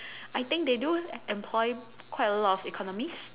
I think they do employ quite a lot of economists